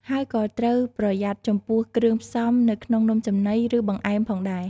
ហើយក៏ត្រូវប្រយ័ត្នចំពោះ គ្រឿងផ្សំនៅក្នុងនំចំណី ឬបង្អែមផងដែរ។